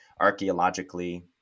archaeologically